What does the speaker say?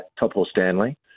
Topol-Stanley